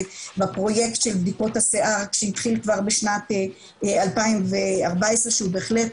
בפרויקט של בדיקות השיער שהתחיל כבר בשנת 2014 שהוא בהחלט